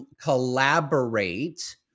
collaborate